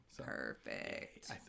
Perfect